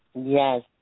Yes